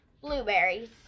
blueberries